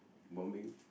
bombing